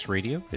Radio